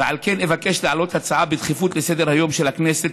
ועל כן אבקש להעלות בדחיפות הצעה לסדר-היום של הכנסת,